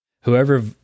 Whoever